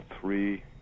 three